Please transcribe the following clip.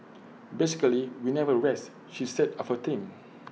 basically we never rest she said of her team